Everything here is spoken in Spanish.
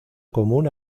común